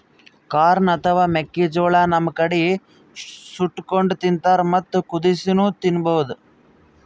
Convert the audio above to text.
corn ಅಥವಾ ಮೆಕ್ಕಿಜೋಳಾ ನಮ್ ಕಡಿ ಸುಟ್ಟಕೊಂಡ್ ತಿಂತಾರ್ ಮತ್ತ್ ಕುದಸಿನೂ ತಿನ್ಬಹುದ್